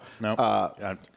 No